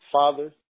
father